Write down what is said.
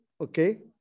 okay